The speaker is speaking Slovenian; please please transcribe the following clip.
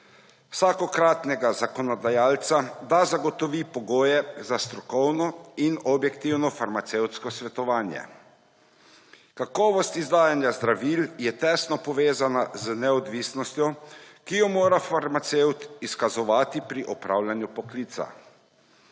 vsakokratnega zakonodajalca, da zagotovi pogoje za strokovno in objektivno farmacevtsko svetovanje. Kakovost izdajanja zdravil je tesno povezana z neodvisnostjo, ki jo mora farmacevt izkazovati pri opravljanju poklica.